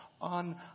on